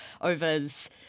overs